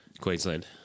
Queensland